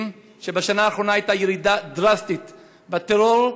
לכך שבשנה האחרונה הייתה ירידה דרסטית בטרור,